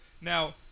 Now